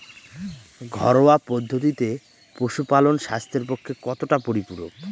ঘরোয়া পদ্ধতিতে পশুপালন স্বাস্থ্যের পক্ষে কতটা পরিপূরক?